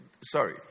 Sorry